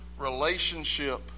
relationship